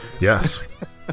yes